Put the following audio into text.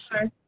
Sure